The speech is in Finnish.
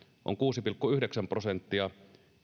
on kuusi pilkku yhdeksän prosenttia